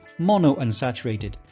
monounsaturated